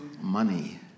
money